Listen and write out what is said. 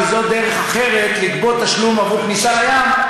כי זאת דרך אחרת לגבות תשלום עבור כניסה לים,